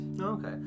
okay